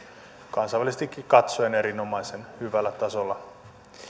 kansainvälisestikin katsoen erinomaisen hyvällä tasolla